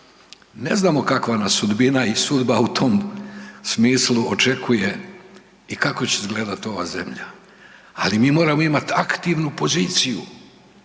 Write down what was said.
ne znamo kakva nas sudbina i sudba u tom smislu očekuje i kako će izgledati ova zemlja, ali mi moramo imati aktivnu poziciju,